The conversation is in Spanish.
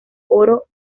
oro